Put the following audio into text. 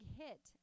hit